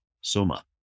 Soma